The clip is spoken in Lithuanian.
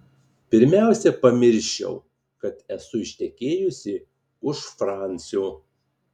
pirmiausia pamirščiau kad esu ištekėjusi už fransio